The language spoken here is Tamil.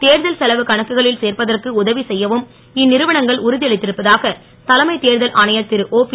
தேர்தல் செலவுக் கணக்குகளில் சேர்ப்பதற்கு உதவி செ யவும் இந் றுவனங்கள் உறு அளிருப்பதாக தலைமைத் தேர்தல் ஆணையர் ருஓயி